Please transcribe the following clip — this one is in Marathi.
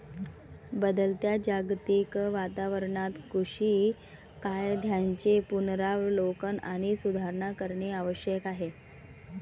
बदलत्या जागतिक वातावरणात कृषी कायद्यांचे पुनरावलोकन आणि सुधारणा करणे आवश्यक आहे